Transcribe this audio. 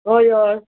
अय अ